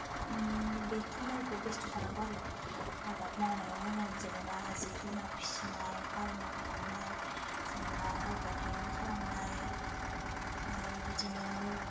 बे खामानिफोराव बेस्थ' थानांगौ आरो आबाद मावनायावनो होन जेनेबा जिब जुनार फिसिनाय फार्मिं खालामनाय जेनेबा गार्डेनिं खालामनाय ओमफ्राय बिदिनो